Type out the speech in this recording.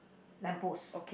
lamp post